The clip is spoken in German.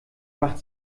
macht